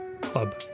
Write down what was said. club